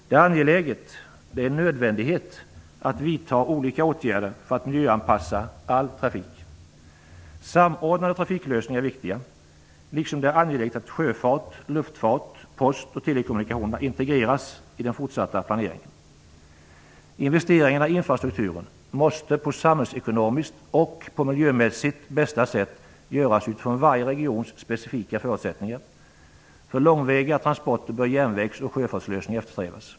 Det är angeläget, ja, det är en nödvändighet, att vidta olika åtgärder för att miljöanpassa all trafik. Samordnade trafiklösningar är viktiga, liksom det är angeläget att sjöfart, luftfart samt post och telekommunikationer integreras i den fortsatta planeringen. Investeringarna i infrastrukturen måste på samhällsekonomiskt och miljömässigt bästa sätt göras utifrån varje regions specifika förutsättningar. För långväga transporter bör järnvägs och sjöfartslösningar eftersträvas.